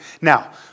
Now